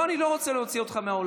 לא, אני לא רוצה להוציא אותך מהאולם.